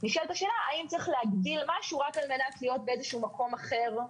נשאלת השאלה האם צריך להגדיל משהו רק על מנת להיות באיזשהו מקום אחר.